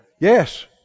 Yes